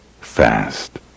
Fast